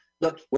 Look